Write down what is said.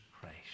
Christ